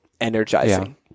energizing